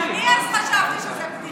גם אני חשבתי אז שזו בדיחה.